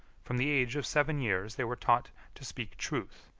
from the age of seven years they were taught to speak truth,